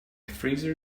freezer